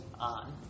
on